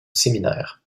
séminaire